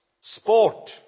sport